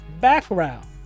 background